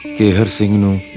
kehar singh, you know